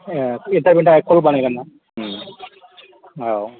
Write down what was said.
ए इन्टारभिउनि थाखाय कल बानायगोन्ना औ